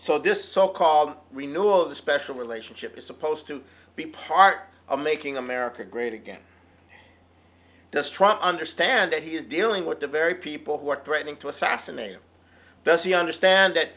so this so called renewal of the special relationship is supposed to be part of making america great again just trying to understand that he is dealing with the very people who are threatening to assassinate him does he understand that